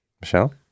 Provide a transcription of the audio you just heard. michelle